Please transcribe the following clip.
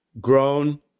grown